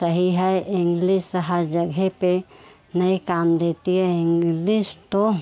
सही है इंग्लिस हर जगह पर नहीं काम देती है इंग्लिश तो